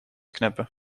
knippen